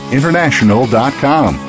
International.com